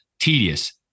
tedious